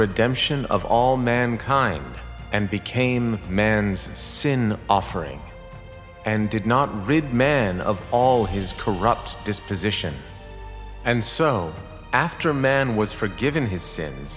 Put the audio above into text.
redemption of all mankind and became man's sin offering and did not read man of all his corrupt disposition and so after man was forgiven